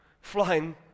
flying